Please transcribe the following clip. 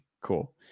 cool